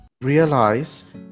realize